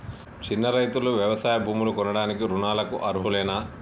చిన్న రైతులు వ్యవసాయ భూములు కొనడానికి రుణాలకు అర్హులేనా?